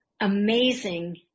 amazing